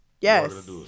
yes